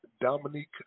Dominique